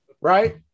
Right